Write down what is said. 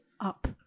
up